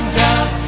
down